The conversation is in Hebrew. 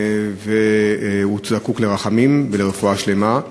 והוא זקוק לרחמים ולרפואה שלמה.